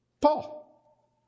Paul